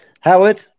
howard